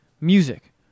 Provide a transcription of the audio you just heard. music